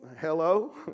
hello